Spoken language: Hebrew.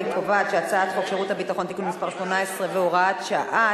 אני קובעת שהצעת חוק שירות ביטחון (תיקון מס' 18 והוראת שעה),